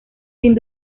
sin